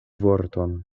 vorton